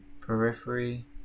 Periphery